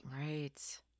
Right